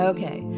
Okay